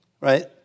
right